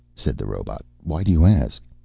said the robot. why do you ask?